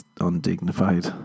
undignified